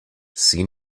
see